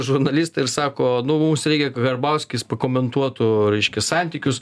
žurnalistai ir sako nu mums reikia verbauskis pakomentuotų reiškia santykius